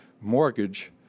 mortgage